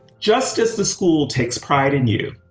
just as the school takes pride in you,